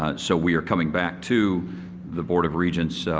ah so we are coming back to the board of regents,